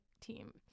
team